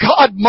God